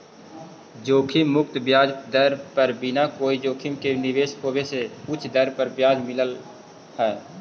जोखिम मुक्त ब्याज दर पर बिना कोई जोखिम के निवेश होवे से उच्च दर पर ब्याज मिलऽ हई